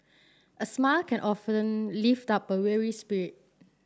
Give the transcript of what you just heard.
a smile can often lift up a weary spirit